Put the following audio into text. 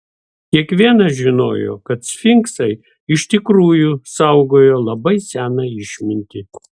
kiekvienas žinojo kad sfinksai iš tikrųjų saugojo labai seną išmintį